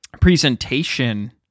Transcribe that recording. presentation